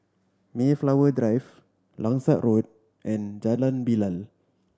Mayflower Drive Langsat Road and Jalan Bilal